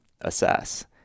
assess